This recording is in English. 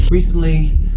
Recently